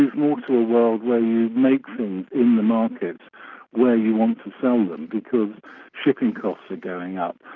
you move more to a world where you make things in the markets where you want to sell them, because shipping costs are going up,